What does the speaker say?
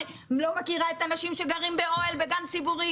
את לא מכירה את האנשים שגרים באוהל בגן ציבורי?